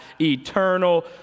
eternal